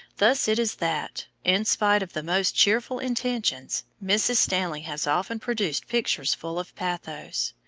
thus it is that, in spite of the most cheerful intentions, mrs. stanley has often produced pictures full of pathos.